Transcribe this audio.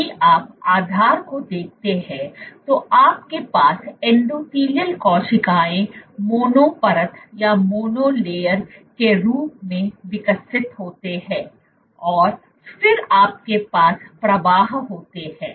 यदि आप आधार को देखते हैं तो आपके पास एंडोथेलियल कोशिकाएं मोनो परत के रूप में विकसित होती हैं और फिर आपके पास प्रवाह होता है